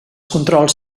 controls